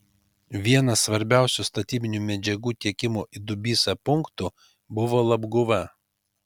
vienas svarbiausių statybinių medžiagų tiekimo į dubysą punktų buvo labguva